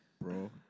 Bro